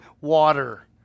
water